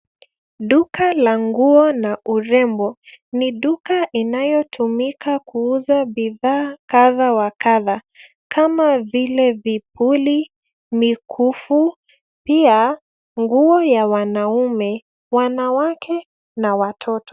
Duka la nguo na urembo. Ni duka inayotumika kuuza bidhaa kadha wa kadha. Kama vile vipuli, mikufu, pia nguo ya wanaume, wanawake na watoto.